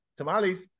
Tamales